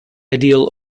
ideal